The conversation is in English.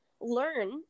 learn